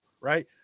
right